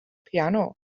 piano